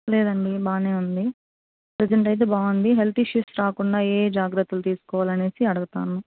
లేదండి బాగానే ఉంది ప్రెసెంట్ అయితే బాగుంది హెల్త్ ఇష్యూష్ రాకుండా ఏయే జాగ్రత్తలు తీసుకోవాలి అని అడగుతు ఉన్నాం